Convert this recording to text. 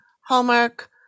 Hallmark